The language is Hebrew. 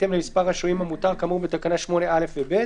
בהתאם למספר השוהים המותר כאמור בתקנה 8(א) ו-(ב).